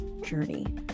journey